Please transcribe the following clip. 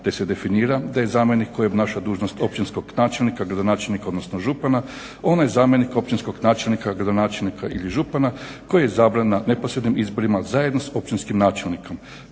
te se definira da je zamjenik koji obnaša dužnost općinskog načelnika, gradonačelnika odnosno župana onaj zamjenik općinskog načelnika, gradonačelnika ili župan koji je izabran na neposrednim izborima zajedno sa općinskim načelnikom,